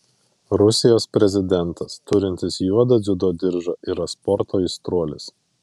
rusijos prezidentas turintis juodą dziudo diržą yra sporto aistruolis